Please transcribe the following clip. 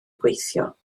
gweithio